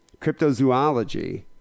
cryptozoology